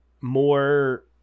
More